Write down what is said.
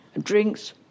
drinks